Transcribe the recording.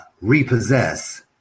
repossess